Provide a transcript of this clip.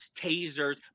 tasers